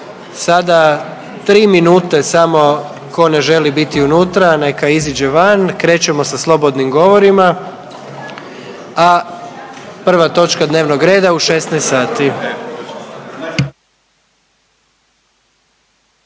Sada 3 minuta samo ko ne želi biti unutra neka iziđe van, krećemo sa slobodnim govorima, a prva točka dnevnog reda u 16 sati.